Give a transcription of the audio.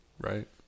right